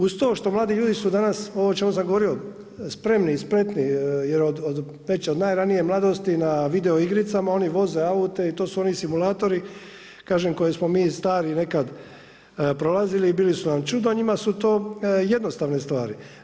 Uz to što mladi ljudi su danas ovo o čemu sam govorio spremni i spretni, jer već od najranije mladosti na video igricama oni voze aute i to su oni simulatori kažem koje smo mi stari nekad prolazili i bili su nam čudo, a njima su to jednostavne stvari.